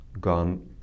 gone